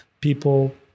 people